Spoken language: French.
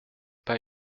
pas